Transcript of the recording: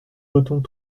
votons